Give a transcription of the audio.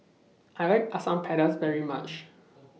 I like Asam Pedas very much